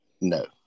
No